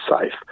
safe